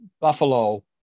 Buffalo